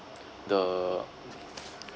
the